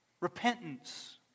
Repentance